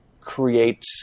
create